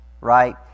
right